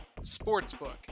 Sportsbook